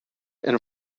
and